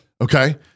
Okay